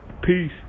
peace